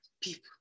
people